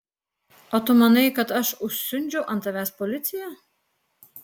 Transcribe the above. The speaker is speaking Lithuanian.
o tu manai kad aš užsiundžiau ant tavęs policiją